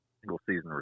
single-season